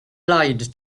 lied